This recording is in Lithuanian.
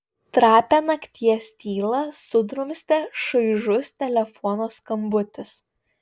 trapią nakties tylą sudrumstė šaižus telefono skambutis